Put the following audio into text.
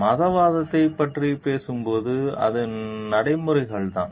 மதவாதத்தைப் பற்றிப் பேசும்போது அது நடைமுறைகள்தான்